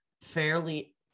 fairly